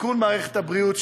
לתיקון מערכת הבריאות,